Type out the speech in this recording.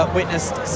witnessed